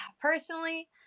personally